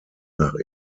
nach